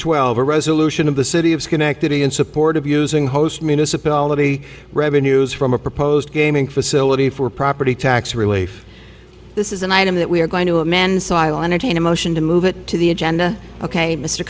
of the city of schenectady in support of using host municipality revenues from a proposed gaming facility for property tax relief this is an item that we are going to amend sideline again a motion to move it to the agenda ok mr